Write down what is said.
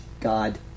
God